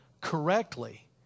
correctly